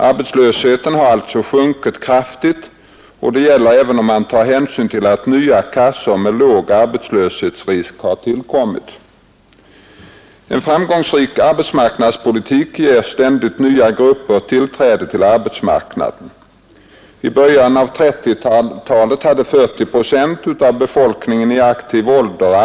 Arbetslösheten har alltså sjunkit kraftigt, och detta gäller även om man tar hänsyn till att nya kassor med låg arbetslöshetsrisk har tillkommit. En framgångsrik arbetsmarknadspolitik ger ständigt nya grupper tillträde till arbetsmarknaden. I början av 1930-talet hade 40 procent av befolkningen i aktiv ålder arbete.